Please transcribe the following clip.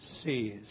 sees